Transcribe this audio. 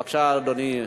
בבקשה, אדוני.